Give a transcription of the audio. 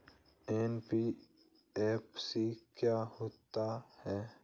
NBFC क्या होता है?